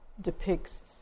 depicts